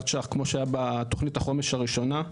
שקלים כמו שהיה בתוכנית החומש הראשונה,